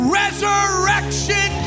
resurrection